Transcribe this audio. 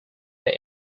they